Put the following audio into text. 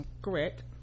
correct